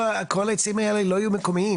כל העצים האלה לא יהיו מקומיים.